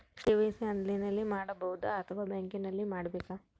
KYC ಆನ್ಲೈನಲ್ಲಿ ಮಾಡಬಹುದಾ ಅಥವಾ ಬ್ಯಾಂಕಿನಲ್ಲಿ ಮಾಡ್ಬೇಕಾ?